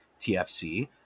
TFC